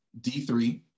d3